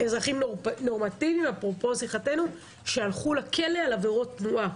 מדובר באזרחים נורמטיביים שהלכו לכלא על עבירות תנועה.